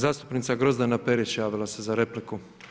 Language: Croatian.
Zastupnica Grozdana Perić javila se za repliku.